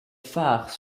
phares